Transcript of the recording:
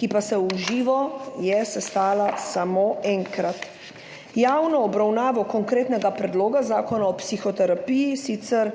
ki pa se je v živo sestala samo enkrat. Javno obravnavo konkretnega predloga zakona o psihoterapiji sicer